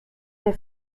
der